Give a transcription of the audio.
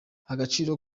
agaciro